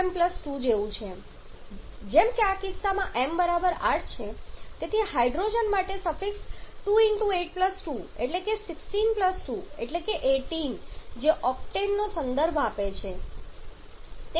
જેમ કે આ કિસ્સામાં m બરાબર 8 છે તેથી હાઇડ્રોજન માટે સફીક્સ 2 × 8 2 થશે એટલે કે 16 2 બરાબર 18 જે ઓક્ટેનનો સંદર્ભ આપે છે